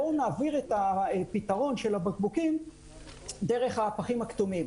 בואו נעביר את הפתרון של הבקבוקים דרך הפחים הכתומים.